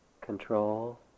control